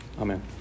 Amen